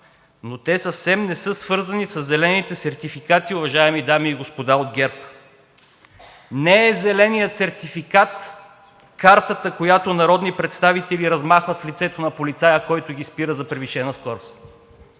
Но те съвсем не са свързани със зелените сертификати, уважаеми дами и господа от ГЕРБ. Не е зеленият сертификат картата, която народни представители размахват в лицето на полицая, който ги спира за превишена скорост!